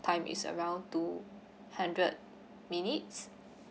is around two hundred minutes